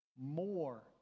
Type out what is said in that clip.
more